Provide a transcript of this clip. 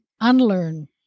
unlearn